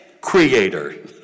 creator